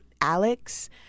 Alex